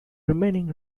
remaining